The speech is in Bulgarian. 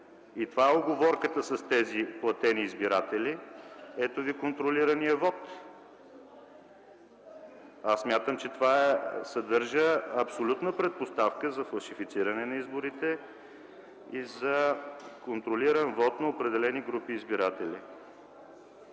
и това е уговорката с тези платени избиратели, ето ви контролираният вот. Аз смятам, че това съдържа абсолютна предпоставка за фалшифициране на изборите и за контролиран вот на определени групи избиратели.